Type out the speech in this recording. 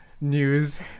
news